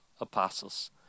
apostles